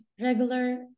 regular